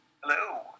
Hello